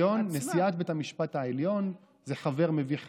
נשיאת בית המשפט העליון, זה חבר מביא חבר,